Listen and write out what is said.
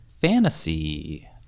fantasy